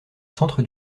centre